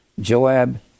Joab